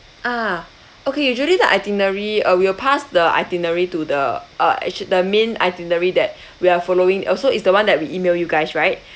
ah okay usually the itinerary uh we'll pass the itinerary to the uh actual the main itinerary that we are following also is the one that we email you guys right